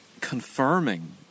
confirming